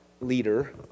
leader